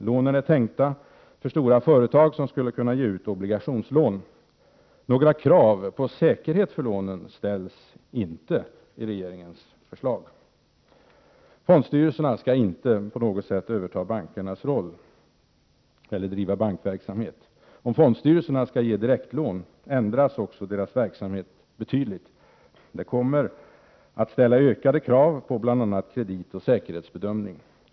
Lånen är tänkta för stora företag, som skulle kunna ge ut obligationslån. Några krav på säkerhet för lånen ställs inte i regeringens förslag. Fondstyrelserna skall inte på något sätt överta bankernas roll eller bedriva bankverksamhet. Om fondstyrelserna skall ge direktlån, ändras också deras verksamhet betydligt. Det kommer att ställa ökade krav på bl.a. kreditoch säkerhetsbedömning.